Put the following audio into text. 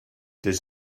does